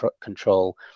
control